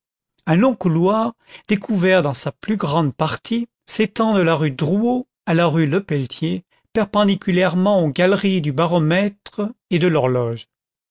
un long couloir découvert dans x sa plus grande partie s'étend de la rue drouot à la rue lepeletier perpendiculairement aux galeries du baromètre et de l'horloge